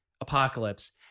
Apocalypse